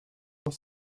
dear